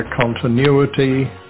continuity